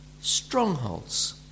strongholds